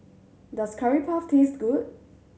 does Curry Puff taste good